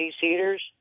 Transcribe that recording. heaters